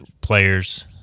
players